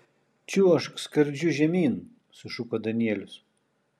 čiuožk skardžiu žemyn sušuko danielius